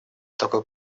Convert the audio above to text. такой